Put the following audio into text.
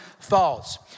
thoughts